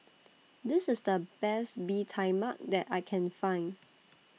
This IS The Best Bee Tai Mak that I Can Find